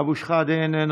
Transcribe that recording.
אבו שחאדה, איננו,